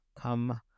come